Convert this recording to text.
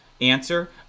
answer